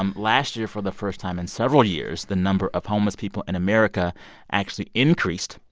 um last year, for the first time in several years, the number of homeless people in america actually increased,